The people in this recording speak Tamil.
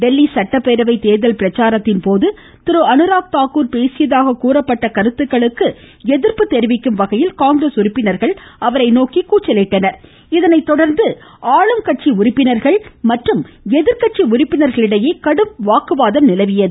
டெல்லி சட்டப்பேரவை தேர்தல் பிரச்சாரத்தின் போது திரு அனுராக் தாக்கூர் பேசியதாக கூறப்பட்ட கருத்துக்களுக்கு எதிர்ப்பு தெரிவிக்கும் வகையில் காங்கிரஸ் உறுப்பினர்கள் அவரை நோக்கி கூச்சலிட்டனர் இதனை தொடர்ந்து ஆளும் கட்சி உறுப்பினர்கள் மற்றும் எதிர்கட்சி உறுப்பினர்களிடையே கடும் வாக்குவாதம் நிலவியது